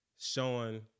showing